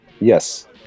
yes